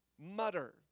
mutter